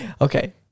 Okay